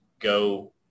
go